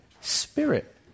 Spirit